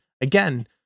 again